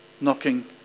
knocking